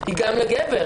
היא גם לגבר,